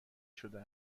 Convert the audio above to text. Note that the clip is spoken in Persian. شده